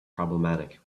problematic